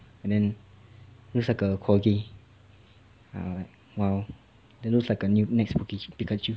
and then looks like a corgy err it looks like a next poke~ pikachu